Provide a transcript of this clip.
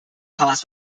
cost